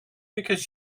because